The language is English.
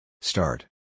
Start